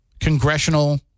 congressional